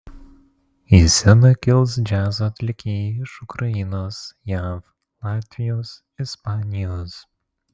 į sceną kils džiazo atlikėjai iš ukrainos jav latvijos ispanijos